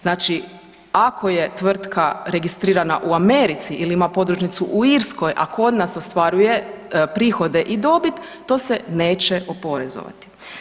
Znači ako je tvrtka registrirana u Americi ili ima podružnicu u Irskoj, a kod nas ostvaruje prihode i dobit, to se neće oporezovati.